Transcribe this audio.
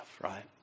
right